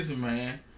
man